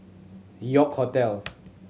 York Hotel